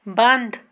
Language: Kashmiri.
بنٛد